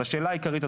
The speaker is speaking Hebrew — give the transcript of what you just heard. אז השאלה העיקרית,